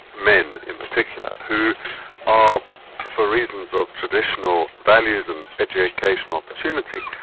men in particular, who are for reasons of traditional values and educational opportunity,